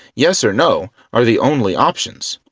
yes or no are the only options.